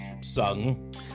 sung